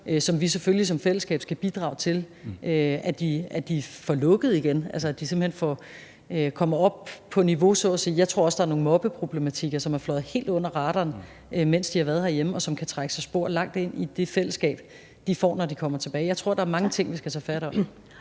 som vi selvfølgelig som fællesskab skal bidrage til at de får lukket igen; altså at de simpelt hen kommer op på niveau, så at sige. Jeg tror også, der er nogle mobbeproblematikker, som er fløjet helt under radaren, mens eleverne har været hjemme, og som kan trække spor langt ind i det fællesskab, de får, når de kommer tilbage. Jeg tror, der er mange ting, vi skal tage fat om.